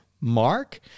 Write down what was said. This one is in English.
Mark